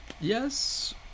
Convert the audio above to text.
yes